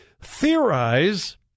theorize